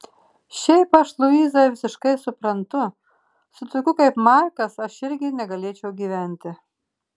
šiaip aš luizą visiškai suprantu su tokiu kaip markas aš irgi negalėčiau gyventi